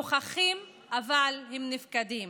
נוכחים אבל נפקדים,